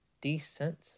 decent